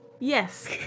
Yes